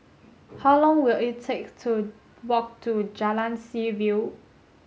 how long will it take to walk to Jalan Seaview